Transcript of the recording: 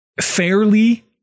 fairly